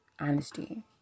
honesty